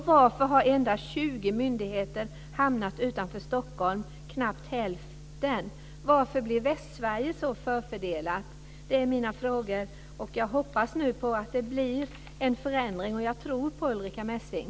Varför har endast 20 myndigheter hamnat utanför Stockholm? Det är knappt hälften. Varför blir Västsverige så förfördelat? Det är mina frågor. Jag hoppas nu att det blir en förändring, och jag tror på Ulrica Messing.